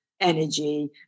energy